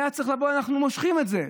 היה צריך לבוא: אנחנו מושכים את זה,